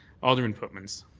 alderman pootmans.